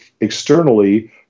externally